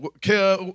Care